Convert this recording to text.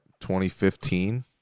2015